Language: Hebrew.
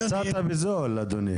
יצאת בזול אדוני.